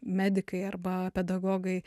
medikai arba pedagogai